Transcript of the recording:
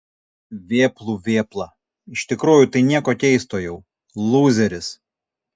vėplų vėpla iš tikrųjų tai nieko keisto jau lūzeris